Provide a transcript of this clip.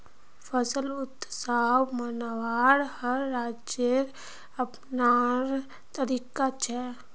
फसल उत्सव मनव्वार हर राज्येर अपनार तरीका छेक